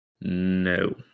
No